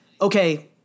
okay